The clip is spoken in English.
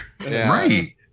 Right